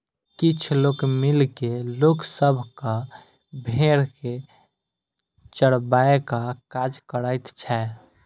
किछ लोक मिल के लोक सभक भेंड़ के चरयबाक काज करैत छै